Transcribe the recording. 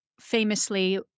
famously